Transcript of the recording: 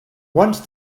once